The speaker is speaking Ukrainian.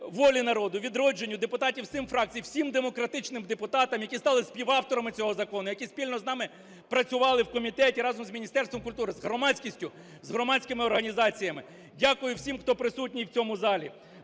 "Волі народу", "Відродженню", депутатів всіх фракцій, всім демократичним депутатам, які стали співавторами цього закону, які спільно з нами працювали в комітеті разом з Міністерством культури, з громадськістю, з громадськими організаціями. Дякую всім, хто присутній в цьому залі.